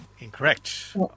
incorrect